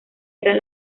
eran